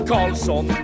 Carlson